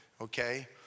Okay